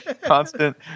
constant